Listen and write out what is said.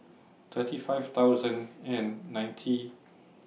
thirty five thousand and ninety